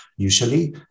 usually